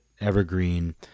Evergreen